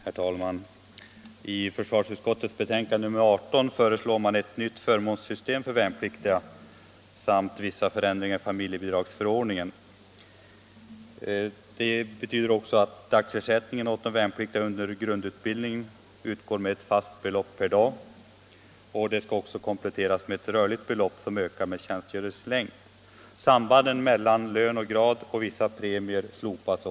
Herr talman! I försvarsutskottets betänkande nr 18 föreslås ett nytt förmånssystem för värnpliktiga m.fl. samt vissa förändringar i familjebidragsförordningen. Dagersättning åt värnpliktiga under grundutbildning föreslås utgå med fast belopp per dag. Det skall kompletteras med ett rörligt belopp som ökar med tjänstgöringens längd. Sambandet mellan lön och grad och vissa premier slopas.